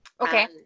okay